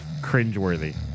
cringeworthy